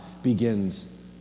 begins